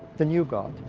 the new god.